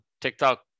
TikTok